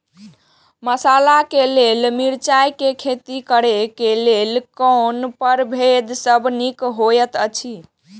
मसाला के लेल मिरचाई के खेती करे क लेल कोन परभेद सब निक होयत अछि?